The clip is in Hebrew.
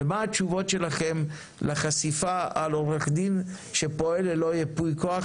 ומה התשובות שלכם לחשיפה על עורך דין שפועל ללא ייפוי כוח,